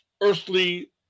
earthly